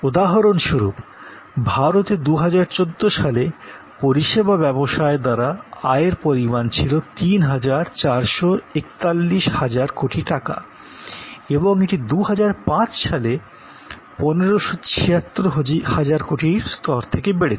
উদাহরণস্বরূপ ভারতে ২০১৪ সালে পরিষেবা ব্যবসায় দ্বারা আয়ের পরিমাণ ছিল ৩৪৪১ হাজার কোটি টাকা এবং এটি ২০০৫ সালের ১৫৭৬ হাজার কোটির স্তর থেকে বেড়েছে